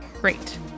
Great